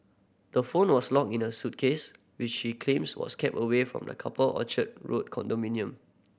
the phone was locked in her suitcase which she claims was kept away from the couple Orchard Road condominium